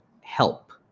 Help